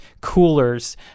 coolers